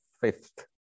Fifth